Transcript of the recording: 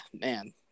man